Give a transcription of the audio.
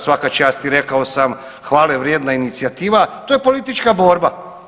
Svaka čast i rekao sam hvale vrijedna inicijativa, to je politička borba.